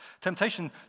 Temptation